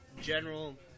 general